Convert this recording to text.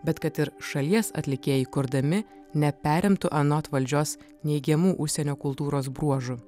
bet kad ir šalies atlikėjai kurdami neperimtų anot valdžios neigiamų užsienio kultūros bruožų